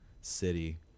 city